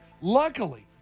Luckily